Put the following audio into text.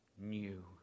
new